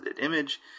image